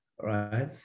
right